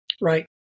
Right